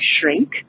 shrink